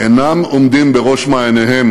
אינם עומדים בראש מעייניהם